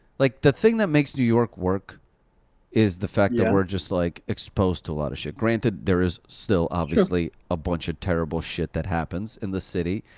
like the thing that makes new york work is the fact that we're just like exposed to a lot of shit. granted, there is still obviously a bunch of terrible shit that happens in the city.